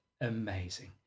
amazing